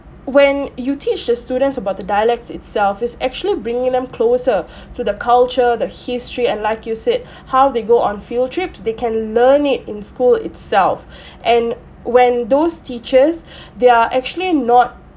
when you teach the students about the dialects itself is actually bringing them closer to the culture the history and like you said how they go on field trips they can learn it in school itself and when those teachers they are actually not